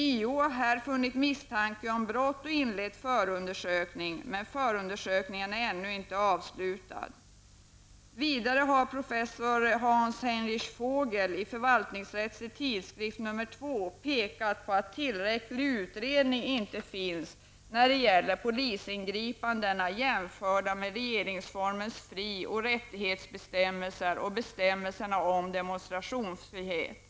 JO har här funnit misstanke om brott och inlett förundersökning, men förundersökningen är ännu inte avslutad. Vidare har professor Hans-Heinrich Vogel i Förvaltningsrättslig tidskrift nr 2 pekat på att tillräcklig utredning inte fanns när det gäller polisingripandena jämförda med regeringsformens fri och rättighetsbestämmelser och bestämmelserna om demonstrationsfrihet.